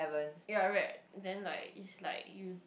ya wait then like it's like you